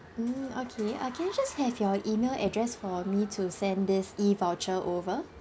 mm okay uh can I just have your email address for me to send this E voucher over